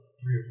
three